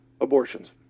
abortions